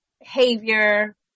behavior